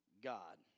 God